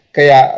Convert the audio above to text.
Kaya